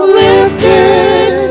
lifted